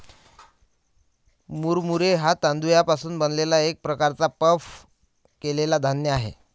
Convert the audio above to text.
मुरमुरे हा तांदूळ पासून बनलेला एक प्रकारचा पफ केलेला धान्य आहे